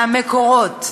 זה מהמקורות.